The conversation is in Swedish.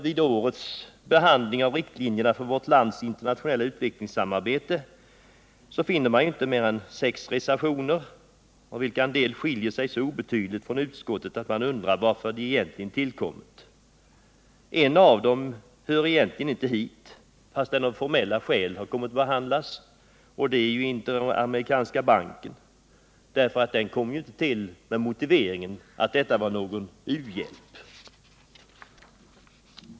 Vid årets behandling av riktlinjerna för vårt lands internationella utvecklingssamarbete finner man inte mer än sex reservationer, av vilka en del skiljer sig så obetydligt från utskottets inställning att man undrar varför de egentligen har tillkommit. En av motionerna —-den som rör IDB — hör inte hit, fast den av formella skäl har kommit att behandlas. Anslutningen till IDB kom inte till med motiveringen att det var fråga om u-hjälp.